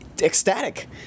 ecstatic